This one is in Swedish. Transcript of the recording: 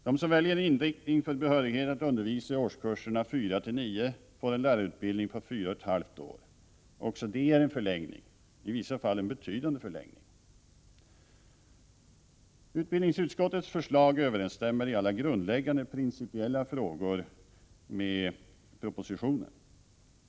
De som väljer en inriktning för behörighet att undervisa i årskurserna 49 får en lärarutbildning på fyra och ett halvt år. Också det är en förlängning, i vissa fall en betydande förlängning. Utbildningutskottets förslag överensstämmer i alla grundläggande principiella frågor med propositionen.